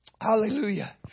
Hallelujah